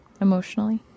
emotionally